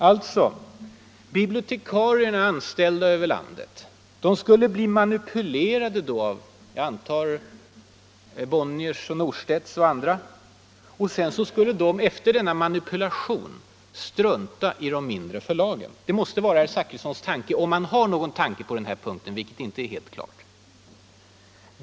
Alltså: bibliotekarierna i olika delar av landet skulle bli manipulerade av — får jag anta — Bonniers, Norstedts osv. Och sedan skulle de strunta i de mindre förlagen. Det måste vara herr Zachrissons tanke - om han har någon tanke på denna punkt, vilket inte är helt klart.